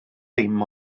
dim